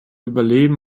überleben